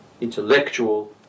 intellectual